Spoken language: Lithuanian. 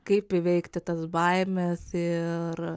kaip įveikti tas baimes ir